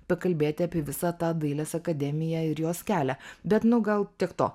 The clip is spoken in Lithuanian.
pakalbėti apie visą tą dailės akademiją ir jos kelią bet nu gal tiek to